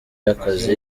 y’akazi